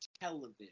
television